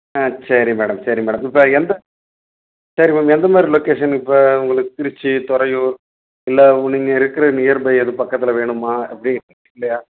ஆ சரி மேடம் சரி மேடம் இப்போ எந்த சரி மேம் எந்த மாதிரி லொக்கேஷன் இப்போ உங்களுக்கு திருச்சி துறையூர் இல்லை உ நீங்கள் இருக்கிற நியர்பை அது பக்கத்தில் வேணுமா எப்படி இல்லையா